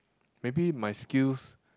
maybe my skills